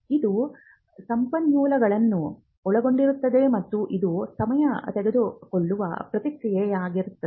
ಇದು ಸಂಪನ್ಮೂಲಗಳನ್ನು ಒಳಗೊಂಡಿರುತ್ತದೆ ಮತ್ತು ಇದು ಸಮಯ ತೆಗೆದುಕೊಳ್ಳುವ ಪ್ರಕ್ರಿಯೆಯಾಗಿದೆ